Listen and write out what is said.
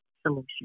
solution